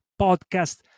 podcast